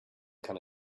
kann